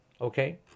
okay